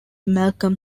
malcolm